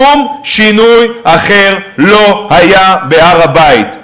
שום שינוי אחר לא היה בהר-הבית.